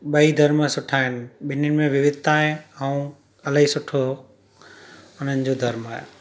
ॿई धर्म सुठा आहिनि ॿिन्हीनि में विविधता आहे ऐं इलाही सुठो उन्हनि जो धर्म आहे